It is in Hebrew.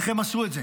איך הם עשו את זה?